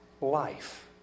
life